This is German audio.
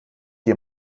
die